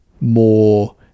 more